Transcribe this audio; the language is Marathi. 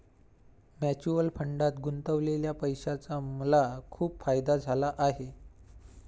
म्युच्युअल फंडात गुंतवलेल्या पैशाचा मला खूप फायदा झाला आहे